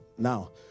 Now